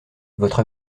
votre